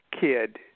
kid